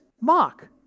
mock